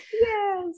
Yes